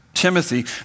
Timothy